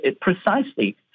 precisely